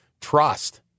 trust